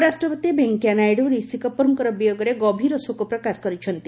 ଉପରାଷ୍ଟ୍ରପତି ଭେଙ୍କେୟା ନାଇଡୁ ରିଷି କପୁରଙ୍କ ବିୟୋଗରେ ଗଭୀର ଶୋକପ୍ରକାଶ କରିଛନ୍ତି